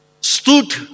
Stood